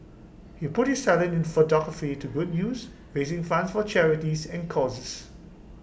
he put his talent in photography to good use raising funds for charities and causes